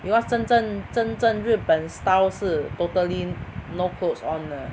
because 真正真正日本 style 是 totally no clothes on 的